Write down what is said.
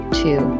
two